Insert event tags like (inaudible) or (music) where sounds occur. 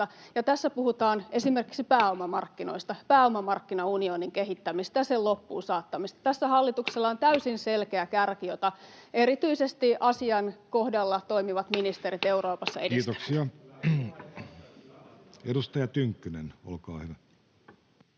tässä puhutaan esimerkiksi pääomamarkkinoista, (noise) pääomamarkkinaunionin kehittämisestä ja sen loppuun saattamisesta. Tässä hallituksella on täysin selkeä kärki, (noise) jota erityisesti asian kohdalla toimivat ministerit Euroopassa edistävät. Kiitoksia. — Edustaja Tynkkynen, olkaa hyvä.